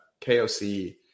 KOC